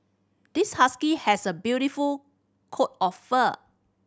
this husky has a beautiful coat of fur